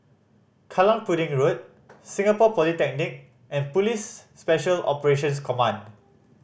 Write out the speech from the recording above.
Kallang Pudding Road Singapore Polytechnic and Police Special Operations Command